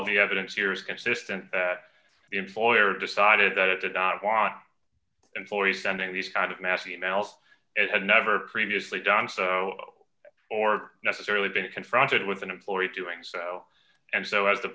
of the evidence here is consistent the employer decided that it did not want employees standing these kind of mass e mails as had never previously done so or necessarily been confronted with an employee doing so and so as the